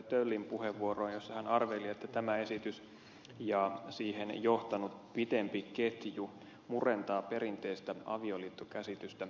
töllin puheenvuoroon jossa hän arveli että tämä esitys ja siihen johtanut pitempi ketju murentavat perinteistä avioliittokäsitystä